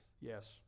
yes